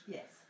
Yes